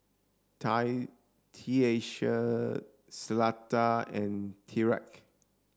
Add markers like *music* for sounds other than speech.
Tie *unintelligible* Cleta and Tyrek